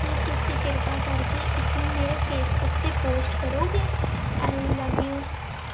ਕੀ ਤੁਸੀਂ ਕਿਰਪਾ ਕਰਕੇ ਇਸ ਨੂੰ ਮੇਰੇ ਫੇਸਬੁੱਕ 'ਤੇ ਪੋਸਟ ਕਰੋਗੇ ਆਈ ਲਵ ਯੂ